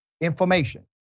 information